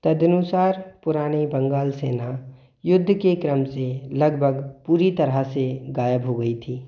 तदनुसार पुरानी बंगाल सेना युद्ध के क्रम से लगभग पूरी तरह से गायब हो गई थी